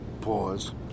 Pause